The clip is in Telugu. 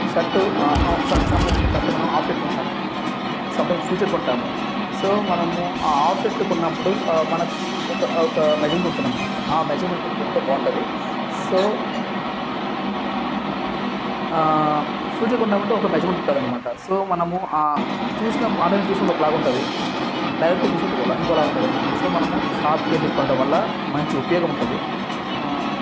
షర్టు ఆన్లైన్లో మనం ఆఫ్ షర్ట్ కొంటాము సమ్ టైమ్స్ ఫుల్ షర్ట్ కొంటాము సో మనము ఆ ఆఫ్ షర్ట్ కొనినప్పుడు మనకు ఒక ఒక మెజర్మెంట్ ఉంటుంది అన్నమాట ఆ మెజర్మెంట్ కొనుకుంటే బాగుటుంది సో ఫుల్ షర్టు కొన్నామంటే ఒక మెజర్మెంట్ ఉంటుంది అన్నమాట సో మనము ఆన్లైన్ చూసినప్పుడు ఒకలా ఉంటుంది బయట చూసినప్పుడు ఇంకోలా ఉంటుందన్నమాట సో మనము షాప్కి వెళ్లి కొనడం వల్ల మంచి ఉపయోగం ఉంటుంది